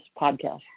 podcast